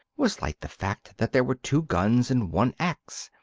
was like the fact that there were two guns and one axe.